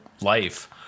life